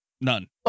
None